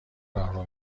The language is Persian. راهرو